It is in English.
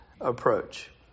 approach